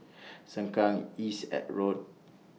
Sengkang East At Road